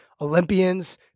Olympians